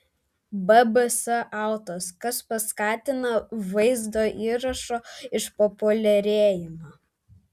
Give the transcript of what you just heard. bbc autos kas paskatina vaizdo įrašo išpopuliarėjimą